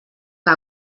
que